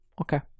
Okay